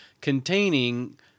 containing